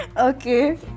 Okay